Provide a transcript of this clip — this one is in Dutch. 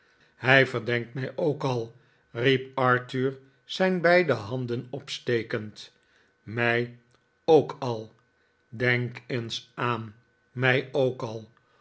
hij verdenkt mij ook al riep arthur zijn beide handen opstekend mij ook al denk eens aan mij ook al